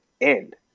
end